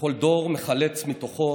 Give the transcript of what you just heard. וכל דור מחלץ מתוכו